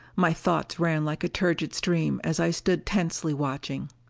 my thoughts ran like a turgid stream as i stood tensely watching.